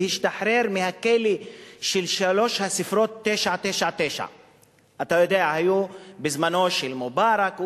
להשתחרר מהכלא של שלוש הספרות 9-9-9. בזמנו של מובארק,